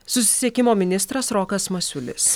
susisiekimo ministras rokas masiulis